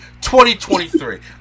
2023